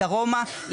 דרומה.